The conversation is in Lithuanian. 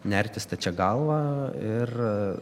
nerti stačia galva ir